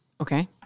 Okay